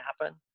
happen